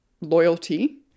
loyalty